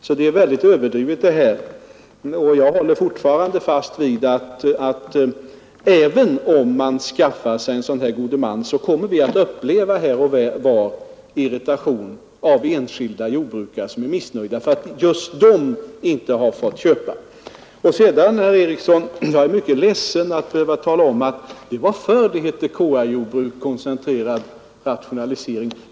Det talet är alltså mycket överdrivet, och jag håller fortfarande fast vid uppfattningen att även om man skaffar sig en sådan god man, kommer vi att här och var få uppleva irritation från enskilda jordbrukare som är missnöjda med att just de inte har fått köpa. Sedan, herr Eriksson, är jag ledsen att behöva tala om att det var förr som det hette KR-jordbruk, dvs. koncentrerad rationalisering.